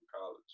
college